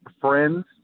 friends